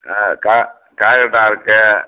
அ கா காக்கடா இருக்கு